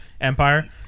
Empire